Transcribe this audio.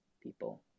people